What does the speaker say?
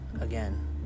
again